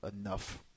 enough